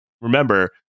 Remember